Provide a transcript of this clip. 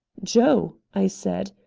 joe, i said,